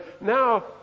now